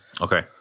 Okay